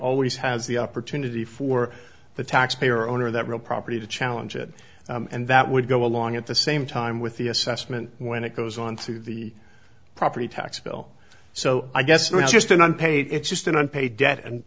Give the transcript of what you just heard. always has the opportunity for the taxpayer owner of that real property to challenge it and that would go along at the same time with the assessment when it goes onto the property tax bill so i guess i'm just an unpaid it's just an unpaid debt and